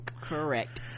correct